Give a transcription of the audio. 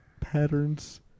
patterns